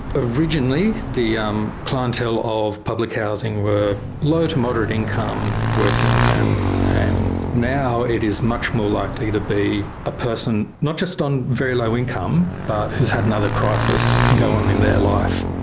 originally the um clientele of public housing were low to moderate income, working families. and now it is much more likely to be a person not just on very low income but who's had another crisis go on in their life.